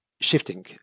shifting